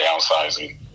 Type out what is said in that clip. downsizing